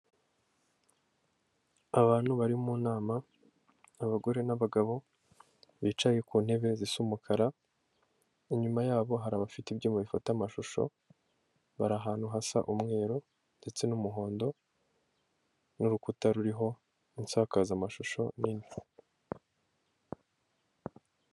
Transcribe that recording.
Abantu bari mu nama abagore n'abagabo bicaye ku ntebe zisa umukara, inyuma yabo hari abafite ibyuma bifata amashusho bari ahantu hasa umweru ndetse n'umuhondo n'urukuta ruriho insakazamashusho nini.